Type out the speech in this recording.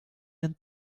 denn